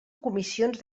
comissions